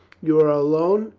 you are alone?